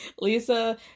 Lisa